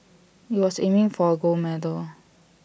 he was aiming for A gold medal